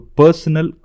personal